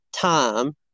time